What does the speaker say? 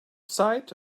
sight